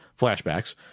Flashbacks